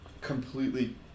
completely